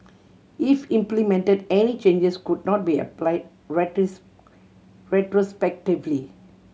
if implemented any changes could not be applied retrospectively